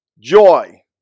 joy